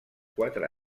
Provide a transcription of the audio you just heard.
quatre